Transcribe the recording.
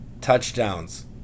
touchdowns